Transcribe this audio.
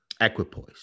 Equipoise